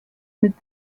mit